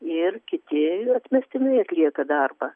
ir kiti atmestinai atlieka darbą